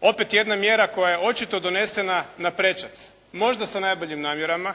Opet jedna mjera koja je očito donesena naprečac, možda sa najboljim namjerama,